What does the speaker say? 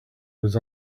was